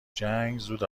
جنگ، زود